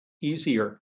easier